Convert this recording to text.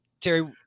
Terry